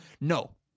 No